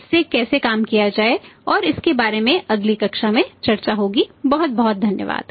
इससे कैसे काम किया जाए और इसके बारे में अगली कक्षा में चर्चा होगी बहुत बहुत धन्यवाद